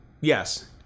Yes